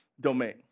domain